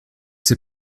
ces